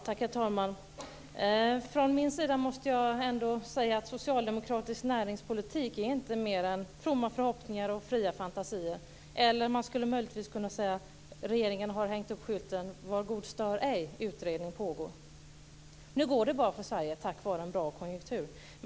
Herr talman! Från min sida måste jag säga att socialdemokratisk näringspolitik inte är mer än fromma förhoppningar och fria fantasier. Man skulle också kunna säga att regeringen har hängt upp skylten: Var god stör ej! Utredning pågår! Nu går det bra för Sverige, tack vare en bra konjunktur.